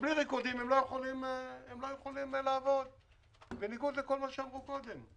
ובלי ריקודים הם לא יכולים לעבוד בניגוד לכל מה שאמרו קודם.